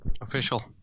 Official